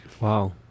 Wow